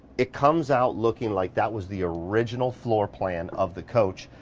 it comes out looking like that was the original floor plan of the coach.